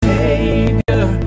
Savior